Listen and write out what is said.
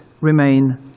remain